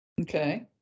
Okay